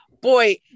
Boy